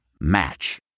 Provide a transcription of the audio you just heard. Match